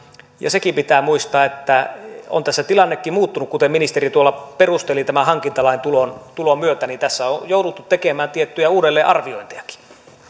ja sekin pitää muistaa että on tässä tilannekin muuttunut kuten ministeri tuolla perusteli tämän hankintalain tulon tulon myötä niin että tässä on jouduttu tekemään tiettyjä uudelleenarviointejakin